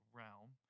realm